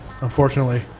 unfortunately